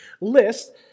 list